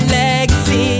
legacy